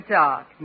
talk